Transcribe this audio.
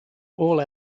all